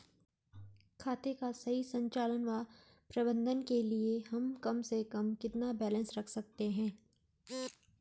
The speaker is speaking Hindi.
खाते का सही संचालन व प्रबंधन के लिए हम कम से कम कितना बैलेंस रख सकते हैं?